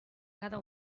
cada